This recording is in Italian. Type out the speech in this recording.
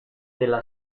della